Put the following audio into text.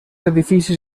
edificis